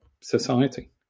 society